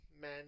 men